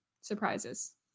surprises